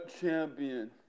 champion